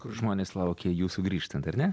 kur žmonės laukė jų sugrįžtant ar ne